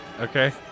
Okay